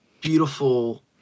beautiful